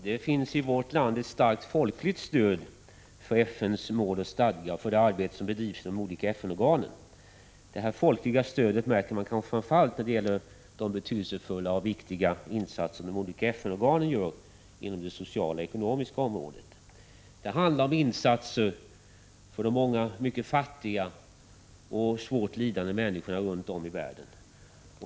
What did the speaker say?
Herr talman! I vårt land finns det ett starkt folkligt stöd för FN:s mål och stadga och för det arbete som bedrivs i de olika FN-organen. Detta folkliga stöd märker man kanske framför allt när det gäller de betydelsefulla och viktiga insatser som de olika FN-organen gör inom de sociala och ekonomiska områdena. Det handlar om insatser för de många mycket fattiga och svårt lidande människorna runt om i världen.